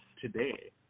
today